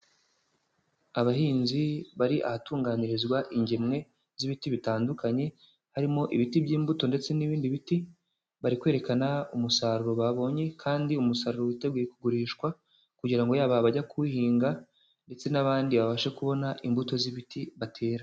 Abahinzi bari ahatunganyirizwa ingemwe z'ibiti bitandukanye harimo ibiti by'imbuto ndetse n'ibindi biti, bari kwerekana umusaruro babonye kandi umusaruro witeguye kugurishwa kugira ngo yaba abajya kuwuhinga ndetse n'abandi babashe kubona imbuto z'ibiti batera.